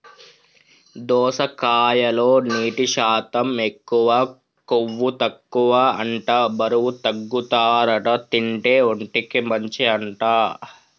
దోసకాయలో నీటి శాతం ఎక్కువ, కొవ్వు తక్కువ అంట బరువు తగ్గుతారట తింటే, ఒంటికి మంచి అంట